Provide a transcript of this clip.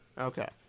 Okay